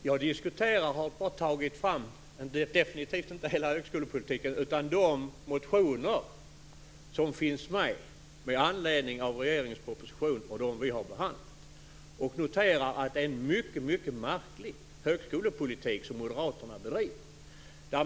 Fru talman! Jag har definitivt inte tagit upp hela högskolepolitiken utan de motioner som väckts med anledning av regeringens proposition och som vi behandlat. Jag noterar att det är en mycket märklig högskolepolitik som moderaterna bedriver.